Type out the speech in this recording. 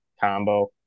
combo